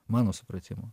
mano supratimu